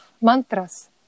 mantras